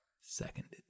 Seconded